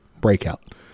breakout